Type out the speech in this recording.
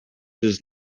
does